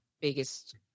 biggest